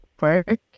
work